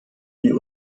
die